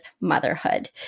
motherhood